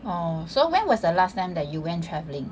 orh so when was the last time that you went travelling